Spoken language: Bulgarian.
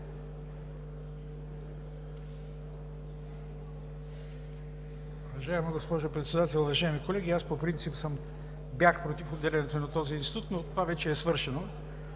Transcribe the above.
Уважаема госпожо Председател, уважаеми колеги. Аз по принцип бях против отделянето на този институт, но това вече е свършено.